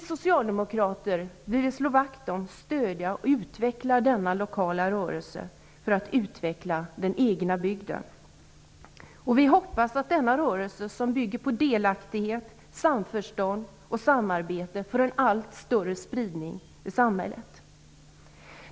Vi socialdemokrater vill slå vakt om, stödja och utveckla denna lokala rörelse för att utveckla den egna bygden. Vi hoppas att denna rörelse, som bygger på delaktighet, samförstånd och samarbete, får en allt större spridning i samhället.